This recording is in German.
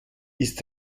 ist